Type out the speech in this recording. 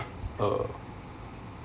uh